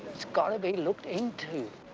it's gotta be looked into.